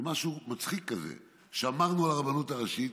זה משהו מצחיק כזה, שמרנו על הרבנות הראשית.